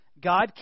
God